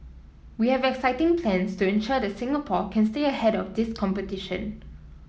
we have exciting plans to ensure that Singapore can stay ahead of this competition